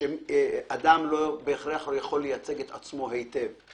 שאדם לא יכול לייצג את עצמו היטב,